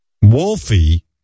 Wolfie